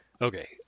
Okay